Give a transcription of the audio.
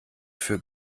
für